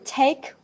take